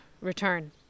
return